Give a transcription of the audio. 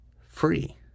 free